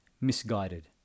misguided